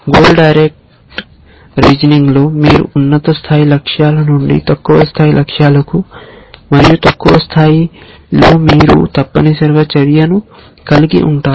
goal direct రీజనింగ్లో మీరు ఉన్నత స్థాయి లక్ష్యాల నుండి తక్కువ స్థాయి లక్ష్యాలకు మరియు తక్కువ స్థాయిలో మీరు తప్పనిసరిగా చర్యను కలిగి ఉంటారు